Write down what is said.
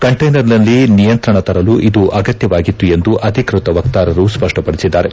ಕಂಟೈನರ್ನಲ್ಲಿ ನಿಯಂತ್ರಣ ತರಲು ಇದು ಅಗತ್ಯವಾಗಿತ್ತು ಎಂದು ಅಧಿಕೃತ ವಕ್ತಾರರು ಸ್ಪಷ್ಟಪಡಿಸಿದ್ದಾರೆ